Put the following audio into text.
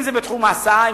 אם זה בתחום ההסעה,